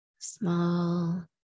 Small